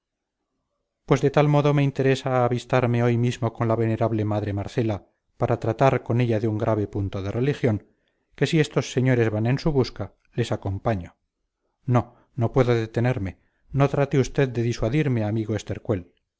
pues de tal modo me interesa avistarme hoy mismo con la venerable madre marcela para tratar con ella de un grave punto de religión que si estos señores van en su busca les acompaño no no puedo detenerme no trate usted de disuadirme amigo